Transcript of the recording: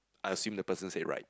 I assume the person say it right